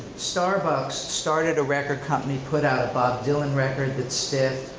starbucks started a record company, put out a bob dylan record that stiffed,